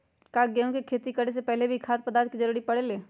का गेहूं के खेती करे से पहले भी खाद्य पदार्थ के जरूरी परे ले?